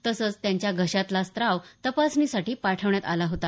तसंच त्याच्या घशातला स्त्राव तपासणीसाठी पाठवण्यात आला होता